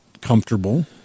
comfortable